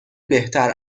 بهتر